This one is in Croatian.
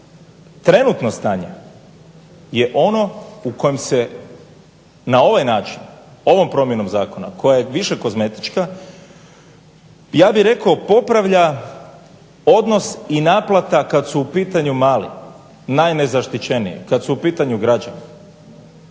Trenutno stanje je ono u kojem se na ovaj način, ovom promjenom zakona koja je više kozmetička ja bih rekao popravlja odnos i naplata kad su u pitanju mali, najnezaštićeniji, kad su u pitanju građani